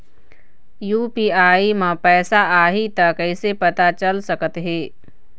UPI म पैसा आही त कइसे पता चल सकत हे?